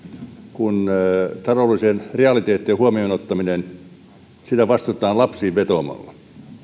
kun taloudellisten realiteettien huomioon ottamista vastustetaan lapsiin vetoamalla